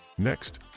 Next